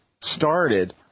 started